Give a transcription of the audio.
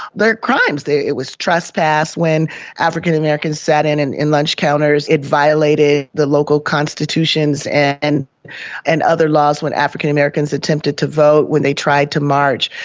they are crimes. it was trespassing when african-americans sat in and in lunch counters, it violated the local constitutions and and other laws when african-americans attempted to vote, when they tried to march.